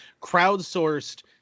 crowdsourced